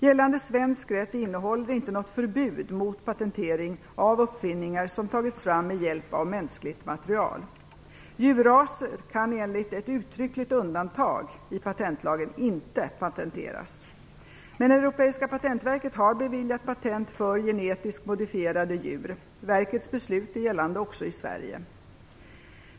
Gällande svensk rätt innehåller inte något förbud mot patentering av uppfinningar som tagits fram med hjälp av mänskligt material. Djurraser kan enligt ett uttryckligt undantag i patentlagen inte patenteras. Men Europeiska patentverket har beviljat patent för genetiskt modifierade djur. Verkets beslut är gällande också i Sverige.